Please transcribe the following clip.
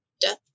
death